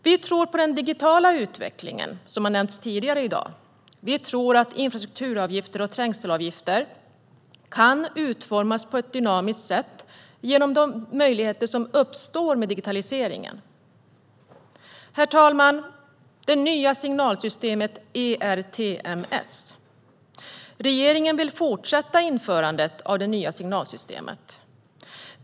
Vi tror på den digitala utvecklingen, som har nämnts tidigare i dag. Vi tror att infrastruktur och trängselavgifter kan utformas på ett dynamiskt sätt genom de möjligheter som uppstår med digitaliseringen. Herr talman! Regeringen vill fortsätta införandet av det nya signalsystemet ERTMS.